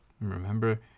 remember